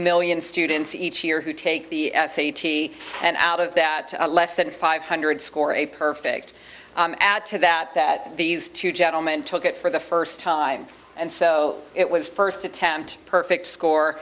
million students each year who take the s a t and out of that less than five hundred score a perfect add to that that these two gentlemen took it for the first time and so it was first attempt a perfect score